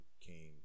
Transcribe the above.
came